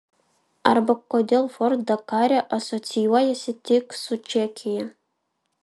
arba kodėl ford dakare asocijuojasi tik su čekija